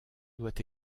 doit